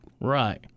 Right